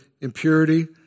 impurity